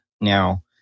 now